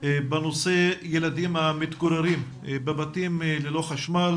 בנושא ילדים המתגוררים בבתים ללא חשמל.